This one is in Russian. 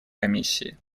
комиссии